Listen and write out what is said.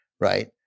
right